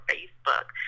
Facebook